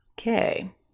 Okay